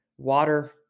Water